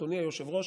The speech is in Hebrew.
אדוני היושב-ראש,